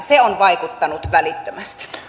se on vaikuttanut välittömästi